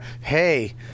hey